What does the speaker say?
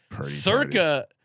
circa